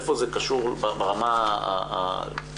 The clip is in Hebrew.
איפה זה קשור ברמת הבדיקה?